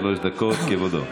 שלוש דקות, כבודו.